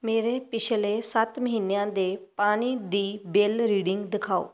ਮੇਰੇ ਪਿਛਲੇ ਸੱਤ ਮਹੀਨਿਆਂ ਦੇ ਪਾਣੀ ਦੀ ਬਿਲ ਰੀਡਿੰਗ ਦਿਖਾਓ